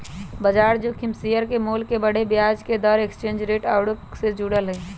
बजार जोखिम शेयर के मोल के बढ़े, ब्याज दर, एक्सचेंज रेट आउरो से जुड़ल हइ